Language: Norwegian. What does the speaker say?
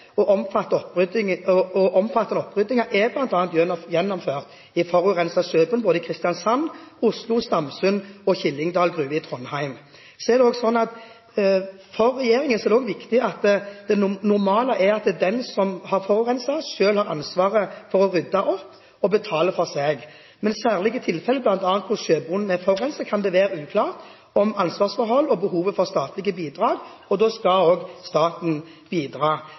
og omfattende oppryddinger er bl.a. gjennomført i forurenset sjøbunn både i Kristiansand, i Oslo, i Stamsund og i Killingdal gruver i Trondheim. Så er det sånn at for regjeringen er det også viktig at det normale er at det er den som har forurenset, som selv har ansvaret for å rydde opp og betale for seg. Men i særlige tilfeller, bl.a. hvor sjøbunnen er forurenset, kan det være uklarhet i ansvarsforhold og behovet for statlige bidrag, og da skal også staten bidra.